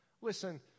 Listen